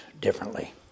differently